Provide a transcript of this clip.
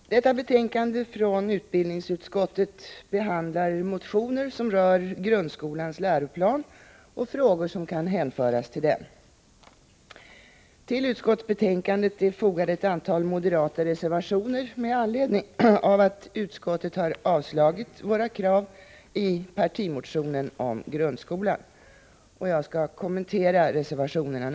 Fru talman! Detta betänkande från utbildningsutskottet behandlar motioner, som rör grundskolans läroplan och frågor som kan hänföras till den. Till utskottsbetänkandet är fogade ett antal moderata reservationer med anledning av att utskottet har avstyrkt alla våra krav i partimotionen om grundskolan. Jag skall något kommentera reservationerna.